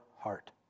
heart